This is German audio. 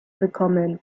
bekommen